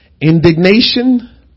Indignation